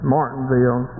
Martinville